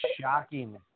shocking